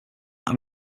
have